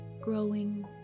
growing